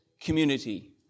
community